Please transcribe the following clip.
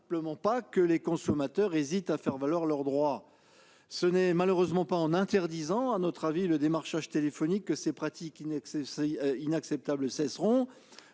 que les consommateurs hésitent à faire valoir leurs droits. Malheureusement, ce n'est pas en interdisant le démarchage téléphonique que ces pratiques inacceptables cesseront,